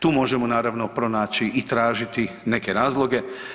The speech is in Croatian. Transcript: Tu možemo naravno pronaći i tražiti neke razloge.